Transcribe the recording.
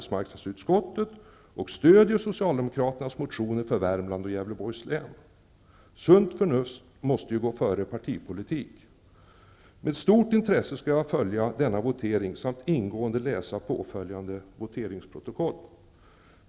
Sunt förnuft måste ju gå före partipolitik! Med stort intresse skall jag följa denna votering samt ingående läsa påföljande voteringsprotokoll.